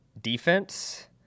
defense